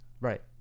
Right